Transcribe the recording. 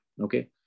okay